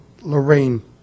Lorraine